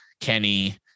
Kenny